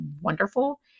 wonderful